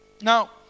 Now